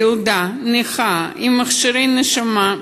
ילדה נכה עם מכשירי נשימה,